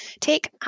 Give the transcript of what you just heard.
take